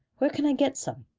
where can i get some?